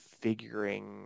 figuring